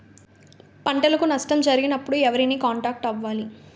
పంటకు నష్టం జరిగినప్పుడు ఎవరిని కాంటాక్ట్ అవ్వాలి?